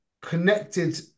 connected